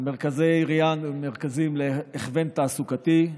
מרכזים להכוון תעסוקתי.